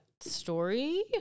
story